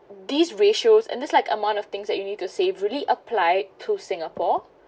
these ratios and these like amount of things that you need to save really applied to singapore